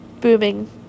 booming